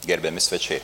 gerbiami svečiai